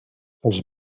pels